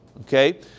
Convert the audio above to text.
okay